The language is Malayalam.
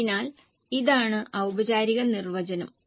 അതിനാൽ ഇതാണ് ഔപചാരിക നിർവചനം